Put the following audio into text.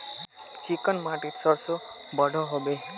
Chicken माटित सरसों बढ़ो होबे?